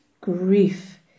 grief